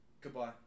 Goodbye